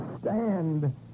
stand